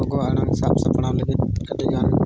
ᱜᱚᱜᱚ ᱟᱲᱟᱝ ᱥᱟᱵ ᱥᱟᱯᱲᱟᱣ ᱞᱟᱹᱜᱤᱫ ᱟᱹᱰᱤᱜᱟᱱ